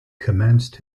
commenced